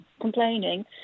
complaining